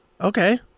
Okay